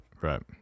right